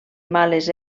males